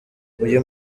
uyu